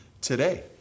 today